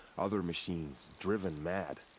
other machines, driven mad!